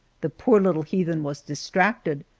the poor little heathen was distracted,